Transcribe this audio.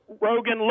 Rogan